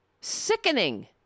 Sickening